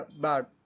bad